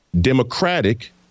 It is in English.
democratic